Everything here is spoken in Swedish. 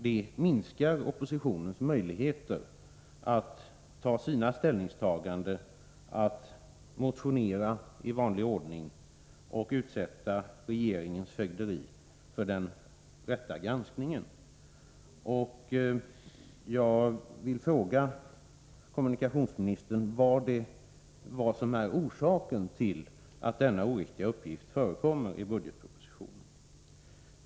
Det minskar oppositionens möjligheter att göra sina ställningstaganden, motionera i vanlig ordning och utsätta regeringens fögderi för den rätta granskningen. Jag vill ffråga kommunikationsministern vad som är orsaken till att denna oriktiga uppgift förekommer i budgetpropositionen.